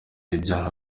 ibyaha